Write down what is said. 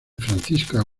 francisca